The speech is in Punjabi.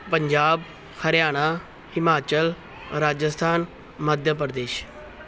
ਪੰਜਾਬ ਹਰਿਆਣਾ ਹਿਮਾਚਲ ਰਾਜਸਥਾਨ ਮਧਿਆ ਪ੍ਰਦੇਸ਼